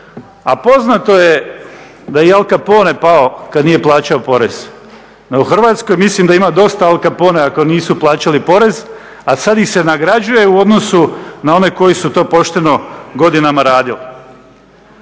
A poznato je da Al Capone pao kada nije plaćao porez. No u Hrvatskoj mislim da ima dosta Al Caponea koji nisu plaćali porez, a sada ih se nagrađuje u odnosu na one koji su to pošteno godinama radili.